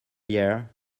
year